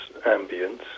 ambience